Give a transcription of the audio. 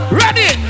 ready